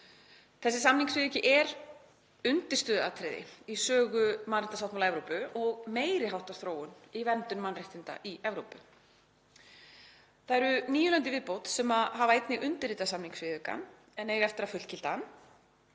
Samningsviðaukinn er undirstöðuatriði í sögu mannréttindasáttmála Evrópu og meiri háttar þróun í verndun mannréttinda í Evrópu. Það eru níu lönd í viðbót sem hafa einnig undirritað samningsviðaukann en eiga eftir að fullgilda hann.